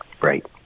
Right